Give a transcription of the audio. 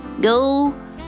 go